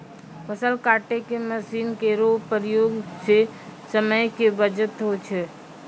फसल काटै के मसीन केरो प्रयोग सें समय के बचत होय छै